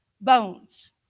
bones